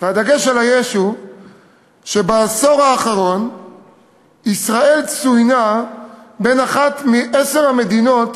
והדגש על היש הוא שבעשור האחרון ישראל צוינה בין עשר המדינות